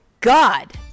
god